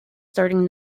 starting